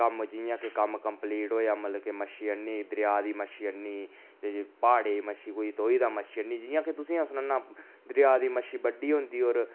कम्म जियां कि कम्म कंप्लीट होएया मतलब कि मच्छी आह्नी दरेआ दी मच्छी आह्नी ते जे प्हाड़ें दी मच्छी कोई तोही दा मच्छी आह्नी जियां कि तुसेंगी अस सनाने आं दरेआ दी मच्छी बड्डी होंदी होर